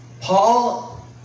Paul